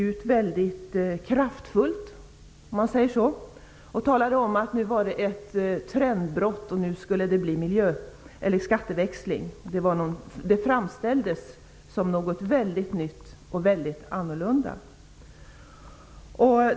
Han talade om att det nu skulle bli ett trendbrott och en skatteväxling. Det framställdes som någonting mycket nytt och mycket annorlunda.